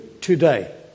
today